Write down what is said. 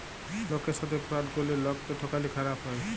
লকের সাথে ফ্রড ক্যরলে লকক্যে ঠকালে খারাপ হ্যায়